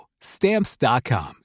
Stamps.com